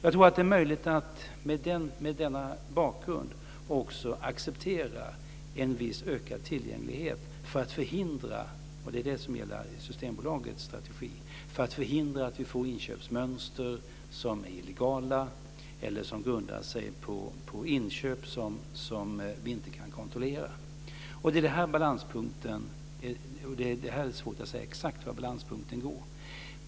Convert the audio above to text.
Jag tror att det är möjligt att med denna bakgrund också acceptera en viss ökad tillgänglighet för att förhindra - och det är det som är Systembolagets strategi - att vi får inköpsmönster som är illegala eller grundar sig på inköp som vi inte kan kontrollera. Det är svårt att säga exakt var balanspunkten finns.